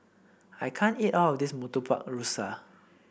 I can't eat all of this Murtabak Rusa